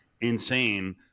insane